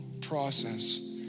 process